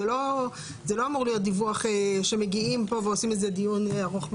זה לא אמור להיות דיווח שמגיעים לפה ועושים דיון ארוך מאוד.